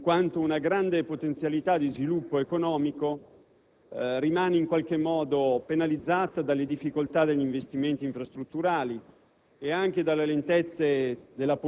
Signor Presidente, penso che Malpensa diventi, in qualche modo, emblematica della cosiddetta questione del Nord